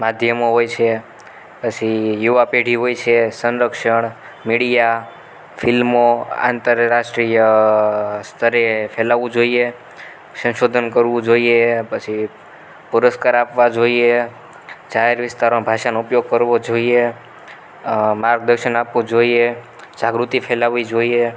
માધ્યમો હોય છે પછી યુવા પેઢી હોય છે સંરક્ષણ મીડિયા ફિલ્મો આંતરરાષ્ટ્રીય સ્તરે ફેલાવવું જોઈએ સંશોધન કરવું જોઈએ પછી પુરસ્કાર આપવા જોઈએ જાહેર વિસ્તારમાં ભાષાનો ઉપયોગ કરવો જોઈએ માર્ગદર્શન આપવું જોઈએ જાગૃતિ ફેલાવવી જોઈએ